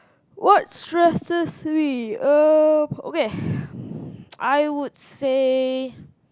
what stresses me um okay I would say